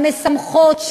המשמחות,